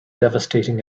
devastating